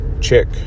Check